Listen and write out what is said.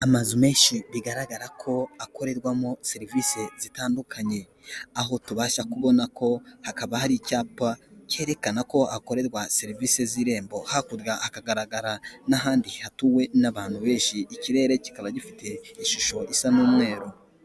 Amazu menshi bigaragara ko akorerwamo serivisi zitandukanye, aho tubasha kubona ko, hakaba hari icyapa cyerekana ko hakorerwa serivisi z'irembo, hakurya hagaragara n'ahandi hatuwe n'abantu benshi, ikirere kikaba gifite ishusho isa n'umweru.